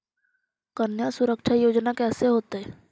कन्या सुरक्षा योजना कैसे होतै?